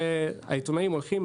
העיתונאים הולכים,